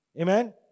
Amen